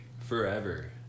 Forever